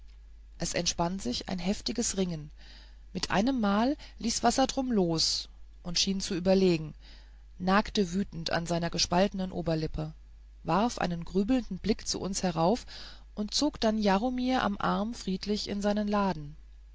es entspann sich ein heftiges ringen mit einem mal ließ wassertrum los und schien zu überlegen nagte wütend an seiner gespaltenen oberlippe warf einen grübelnden blick zu uns herauf und zog dann jaromir am arm friedlich in seinen laden